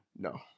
No